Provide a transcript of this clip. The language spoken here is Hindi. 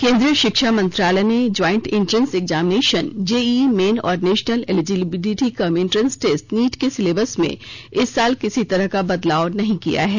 केंद्रीय शिक्षा मंत्रालय ने joint entrance examination JEE main और national eligibility cum entrance test NEET के सिलेबस में इस साल किसी तरह का बदलाव नहीं किया है